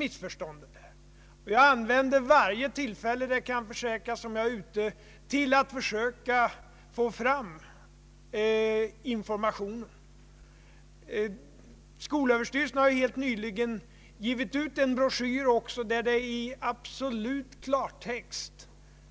Jag kan försäkra att jag använder varje tillfälle då jag är ute till att försöka få fram information om hur det i verkligheten förhåller sig. Skolöverstyrelsen har också nyligen givit ut en broschyr, där det i klartext